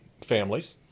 families